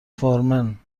فورمن